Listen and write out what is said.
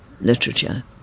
literature